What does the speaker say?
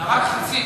אלא רק חצי,